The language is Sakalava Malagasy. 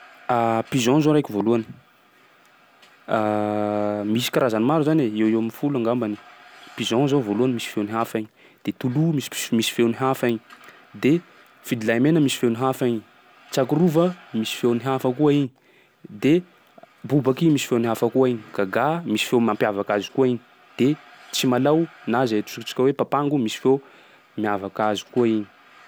Pigeon zao araiky voalohany, misy karazany maro zany e, eo ho eo am'folo angambany. Pigeon zao voalohany misy feony hafa igny, de toloha mis- pis- misy feony hafa igny, de fidilahimena misy feony hafa igny, tsakorova misy feony hafa koa igny, de bobaky misy feony hafa koa igny, gàgà misy feo mampiavaka azy koa igny, de tsimalaho na izay antsointsika hoe papango misy feo miavaka azy koa igny.